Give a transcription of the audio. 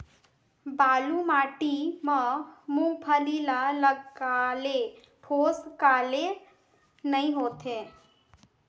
बालू माटी मा मुंगफली ला लगाले ठोस काले नइ होथे?